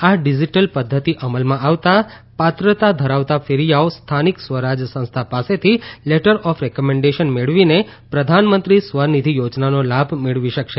આ ડીજીટલ પધ્ધતિ અમલમાં આવતા પાત્રતા ધરાવતા ફેરીયાઓ સ્થાનિક સ્વરાજ સંસ્થા પાસેથી લેટર ઓફ રેકમેન્ડેશન મેળવીને પ્રધાનમંત્રી સ્વ નિધિ યોજનાનો લાભ મેળવી શકશે